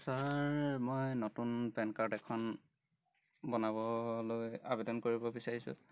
sir মই নতুন PAN card এখন বনাবলৈ আবেদন কৰিব বিচাৰিছোঁ